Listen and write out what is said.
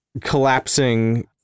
collapsing